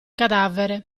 cadavere